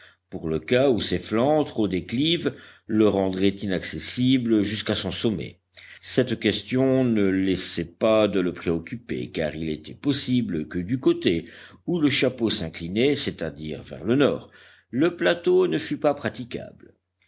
pour le cas où ses flancs trop déclives le rendraient inaccessible jusqu'à son sommet cette question ne laissait pas de le préoccuper car il était possible que du côté où le chapeau s'inclinait c'est-à-dire vers le nord le plateau ne fût pas praticable